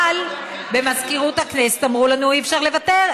אבל במזכירות הכנסת אמרו לנו: אי-אפשר לוותר,